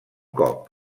cop